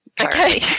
Okay